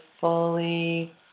fully